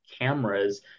cameras